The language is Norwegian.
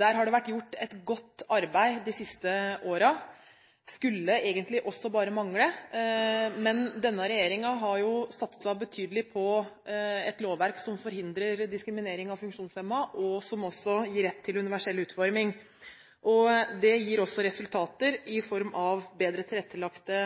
Der har det vært gjort et godt arbeid de siste årene. Det skulle egentlig også bare mangle, men denne regjeringen har satset betydelig på et lovverk som forhindrer diskriminering av funksjonshemmede, og som også gir rett til universell utforming, og det gir også resultater i form av bedre tilrettelagte